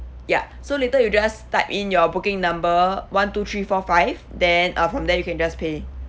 ya so later you just type in your booking number one two three four five then uh from there you can just pay